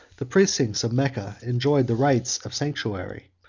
the precincts of mecca enjoyed the rights of sanctuary